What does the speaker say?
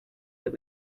that